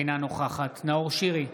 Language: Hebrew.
אינה נוכחת נאור שירי,